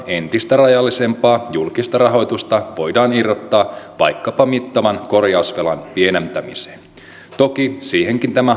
entistä rajallisempaa julkista rahoitusta voidaan irrottaa vaikkapa mittavan korjausvelan pienentämiseen toki siihenkin tämä